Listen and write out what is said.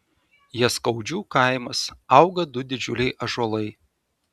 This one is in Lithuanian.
jaskaudžių kaimas auga du didžiuliai ąžuolai